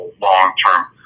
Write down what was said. long-term